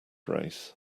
race